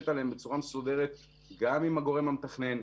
עליהן בצורה מסודרת גם עם הגורם המתכנן,